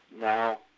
Now